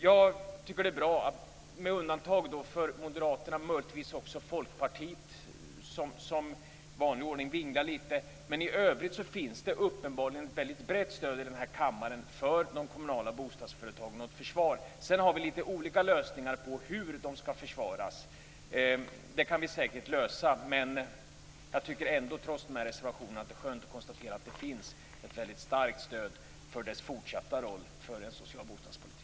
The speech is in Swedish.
Jag tycker att det är bra att det med undantag av Moderaterna och möjligtvis också Folkpartiet, som i vanlig ordning vinglar litet, uppenbarligen finns ett mycket brett stöd i den här kammaren för de kommunala bostadsföretagen och ett försvar för dem. Sedan har vi litet olika lösningar på hur de skall försvaras. Det kan vi säkert lösa. Trots reservationerna är det ändå skönt att konstatera att det finns ett väldigt starkt stöd för deras fortsatta roll för en social bostadspolitik.